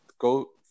go